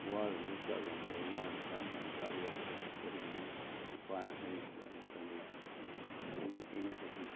ꯋꯥꯔꯨꯔꯒ ꯆꯥꯛ ꯌꯥꯝ ꯆꯥꯏ ꯃꯥꯅ ꯆꯥꯛ ꯌꯥꯝ ꯆꯥꯕ ꯌꯥꯗꯦ ꯍꯥꯏꯁꯦ ꯀꯔꯤꯒꯤꯅꯣ ꯏꯄꯥꯅ ꯍꯥꯏꯔꯤꯁꯤꯕꯣ ꯍꯥꯏꯅ ꯈꯜꯂꯤ ꯑꯗꯨ ꯍꯧꯖꯤꯛ ꯑꯩꯅ ꯆꯍꯤ